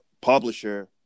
publisher